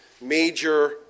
major